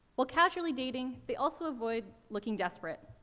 while casually dating, they also avoid looking desperate.